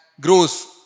grows